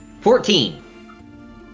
Fourteen